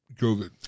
COVID